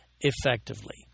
effectively